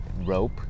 rope